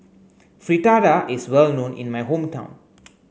Fritada is well known in my hometown